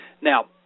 Now